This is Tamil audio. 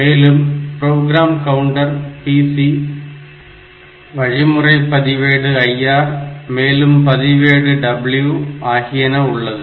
மேலும் ப்ரோக்ராம் கவுண்டர் PC வழிமுறை பதிவேடு IR மேலும் பதிவேடு W ஆகியன உள்ளது